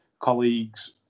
colleagues